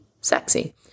sexy